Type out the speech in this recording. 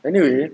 anyway